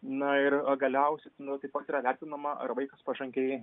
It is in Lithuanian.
na ir galiausiai nu taip pat yra vertinama ar vaikas pažangiai